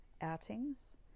outings